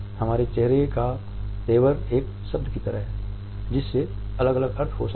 हमारे चेहरे का तेवर एक शब्द की तरह है जिसके अलग अलग अर्थ हो सकते हैं